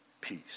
peace